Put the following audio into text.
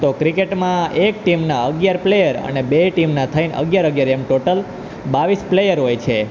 તો ક્રિકેટમાં એક ટીમના અગિયાર પ્લેયર અને બે ટીમના થઈને અગિયાર અગિયાર એમ ટોટલ બાવીસ પ્લેયર હોય છે